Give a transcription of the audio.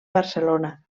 barcelona